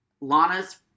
Lana's